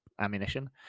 ammunition